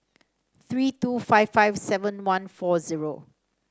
three two five five seven one four zero